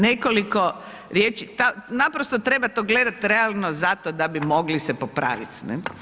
Nekoliko riječi, naprosto treba to gledati realno zato da bi mogli se popraviti.